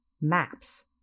maps